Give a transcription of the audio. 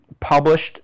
published